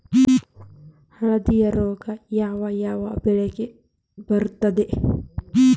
ಹಳದಿ ರೋಗ ಯಾವ ಯಾವ ಬೆಳೆಗೆ ಬರುತ್ತದೆ?